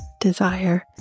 desire